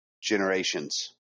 generations